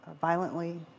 violently